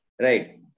right